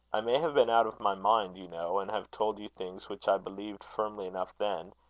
i may have been out of my mind, you know, and have told you things which i believed firmly enough then,